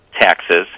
taxes